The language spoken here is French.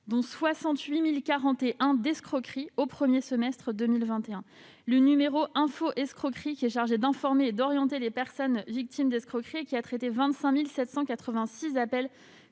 signalements d'escroqueries au premier semestre 2021. Le numéro Info Escroqueries, qui est chargé d'informer et d'orienter les personnes victimes d'une escroquerie, a traité 25 786 appels